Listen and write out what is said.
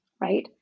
right